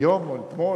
היום או אתמול,